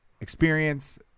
experience